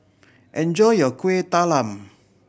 enjoy your Kueh Talam